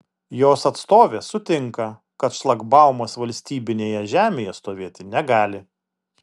jos atstovė sutinka kad šlagbaumas valstybinėje žemėje stovėti negali